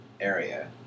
area